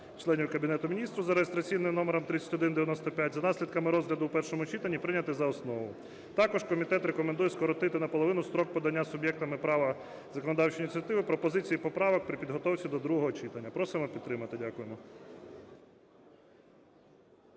членів Кабінету Міністрів за реєстраційним номером 3195 за наслідками розгляду в першому читанні прийняти за основу. Також комітет рекомендує скоротити наполовину строк подання суб'єктами права законодавчої ініціативи пропозиції поправок при підготовці до другого читання. Просимо підтримати. Дякую.